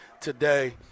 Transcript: today